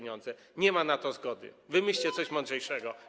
Nie ma na to zgody, wymyślcie coś mądrzejszego.